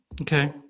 Okay